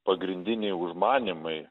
pagrindiniai užmanymai